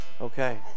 okay